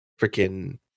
freaking